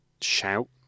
shout